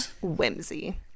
whimsy